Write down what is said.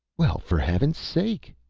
well, for heaven's sake,